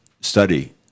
study